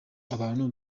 abantu